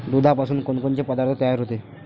दुधापासून कोनकोनचे पदार्थ तयार होते?